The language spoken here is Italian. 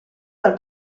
dal